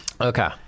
Okay